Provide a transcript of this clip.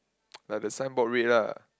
like the sign board red lah